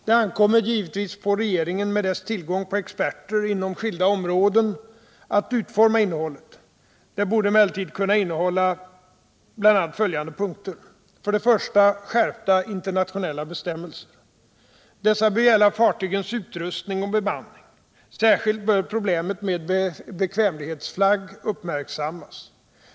Det ankommer givetvis på regeringen, med dess tillgång på experter inom skilda områden, att utforma innehållet. Det borde emellertid bl.a. kunna innehålla följande punkter: Dessa bör gälla fartygens utrustning och bemanning. Särskilt bör problemet med bekvämlighetsflagg uppmärksammas.